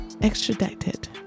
extradited